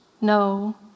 no